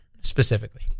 specifically